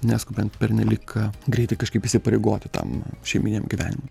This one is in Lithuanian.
neskubant pernelyg greitai kažkaip įsipareigoti tam šeiminiam gyvenimui